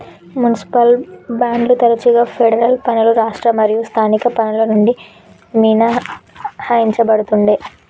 municipal బాండ్లు తరచుగా federal పన్నులు రాష్ట్ర మరియు స్థానిక పన్నుల నుండి మినహాయించబడతుండే